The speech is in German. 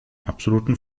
absoluten